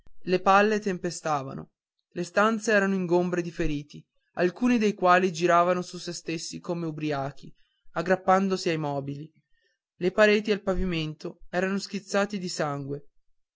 le palle tempestavano